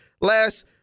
Last